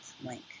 link